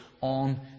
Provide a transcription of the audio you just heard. on